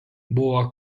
buvo